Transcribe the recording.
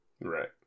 Right